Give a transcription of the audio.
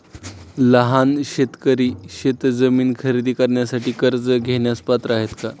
लहान शेतकरी शेतजमीन खरेदी करण्यासाठी कर्ज घेण्यास पात्र आहेत का?